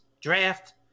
draft